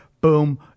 boom